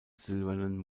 silbernen